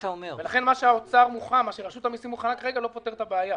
לכן מה שרשות המסים מוכנה כרגע לא פותר את הבעיה.